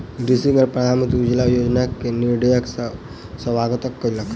स्त्रीगण प्रधानमंत्री उज्ज्वला योजना के निर्णयक स्वागत कयलक